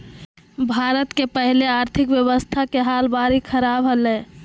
भारत के पहले आर्थिक व्यवस्था के हाल बरी ख़राब हले